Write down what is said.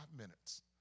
minutes